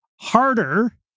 harder